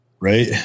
Right